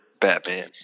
Batman